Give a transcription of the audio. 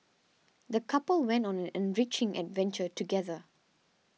the couple went on an enriching adventure together